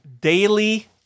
daily